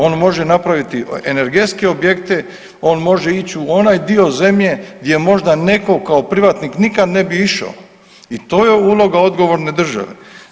On može napraviti energetske objekte, on može ići u onaj dio zemlje gdje možda netko kao privatnik nikad ne bi išao i to je uloga odgovorne države.